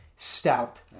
Stout